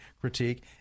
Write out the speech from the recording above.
critique